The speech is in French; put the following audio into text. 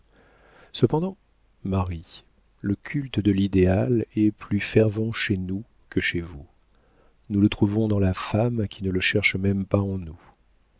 cependant marie le culte de l'idéal est plus fervent chez nous que chez vous nous le trouvons dans la femme qui ne le cherche même pas en nous